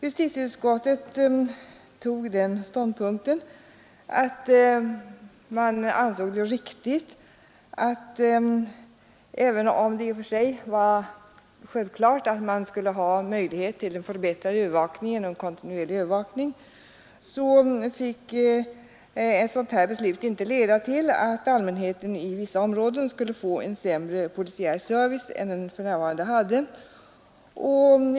Justitieutskottet intog den ståndpunkten, att även om det i och för sig var självklart att man skulle skapa möjlighet till kontinuerlig övervakning, så fick ett sådant beslut inte leda till att allmänheten i vissa områden skulle få en sämre polisiär service än den dittills hade haft.